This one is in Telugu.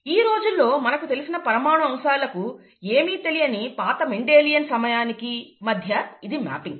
ఈ రోజుల్లో మనకు తెలిసిన పరమాణు అంశాలకు ఏమీ తెలియని పాత మెండెలియన్ సమయానికి మధ్య ఇది మ్యాపింగ్